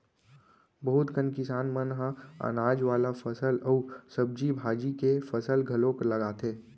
बहुत कन किसान मन ह अनाज वाला फसल अउ सब्जी भाजी के फसल घलोक लगाथे